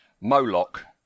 Moloch